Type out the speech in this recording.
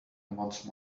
once